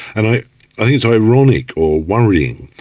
and i i think it's ironic, or worrying,